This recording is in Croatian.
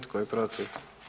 Tko je protiv?